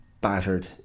battered